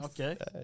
okay